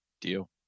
Deal